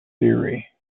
theory